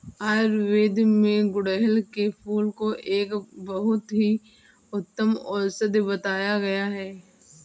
आयुर्वेद में गुड़हल के फूल को एक बहुत ही उत्तम औषधि बताया गया है